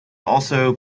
also